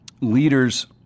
leaders